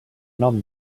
nom